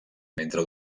mentre